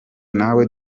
nawe